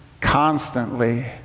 constantly